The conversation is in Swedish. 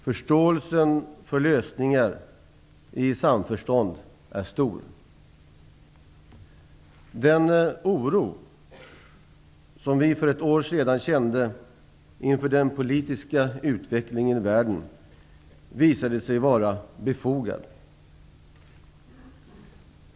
Förståelsen för lösningar i samförstånd är stor. Den oro som vi för ett år sedan kände inför den politiska utvecklingen i världen visade sig vara befogad.